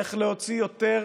איך להוציא יותר